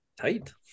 Tight